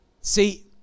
See